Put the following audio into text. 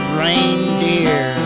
reindeer